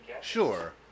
sure